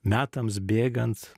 metams bėgant